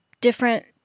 different